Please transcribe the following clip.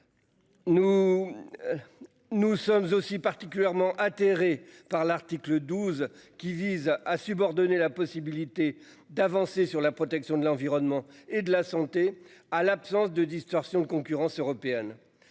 Nous sommes aussi particulièrement atterré par l'article 12 qui vise à subordonner la possibilité d'avancer sur la protection de l'environnement et de la santé à l'absence de distorsion de concurrence européenne.